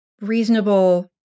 reasonable